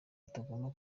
utagomba